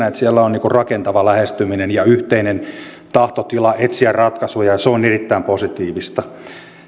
että siellä on rakentava lähestyminen ja yhteinen tahtotila etsiä ratkaisuja ja se on erittäin positiivista